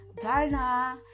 Darna